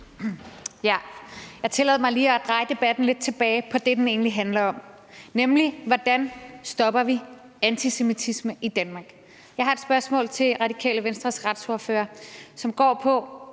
Jeg tillader mig lige at dreje debatten lidt tilbage til det, den egentlig handler om, nemlig hvordan vi stopper antisemitisme i Danmark. Jeg har et spørgsmål til Radikale Venstres retsordfører, som går på,